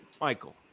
Michael